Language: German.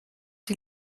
die